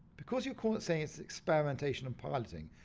because you're calling it saying it's experimentation and piloting,